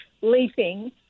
leafing